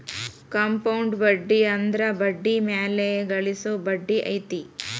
compound ಬಡ್ಡಿ ಅಂದ್ರ ಬಡ್ಡಿ ಮ್ಯಾಲೆ ಗಳಿಸೊ ಬಡ್ಡಿ ಐತಿ